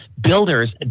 builders